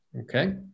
Okay